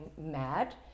mad